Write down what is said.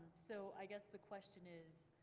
so i guess the question is,